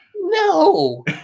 no